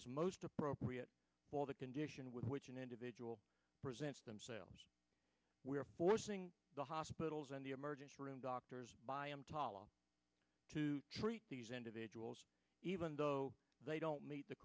is most appropriate for the condition with which an individual presents themselves we are forcing the hospitals and the emergency room doctors emtala to treat these individuals even though they don't meet the